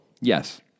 yes